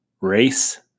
race